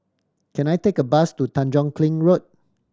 can I take a bus to Tanjong Kling Road